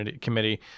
Committee